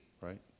Right